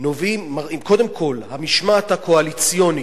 קודם כול המשמעת הקואליציונית,